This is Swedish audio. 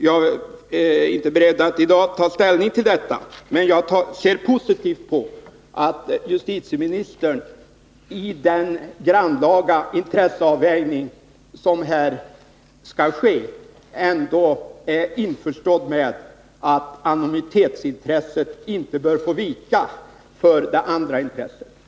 Jag är inte beredd att i dag ta ställning till detta, men jag finner det positivt att justitieministern när det gäller den grannlaga intresseavvägning som här skall ske ändå är införstådd med att anonymitetsintresset inte bör få vika för andra intressen.